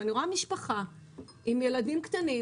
ואני רואה משפחה עם ילדים קטנים,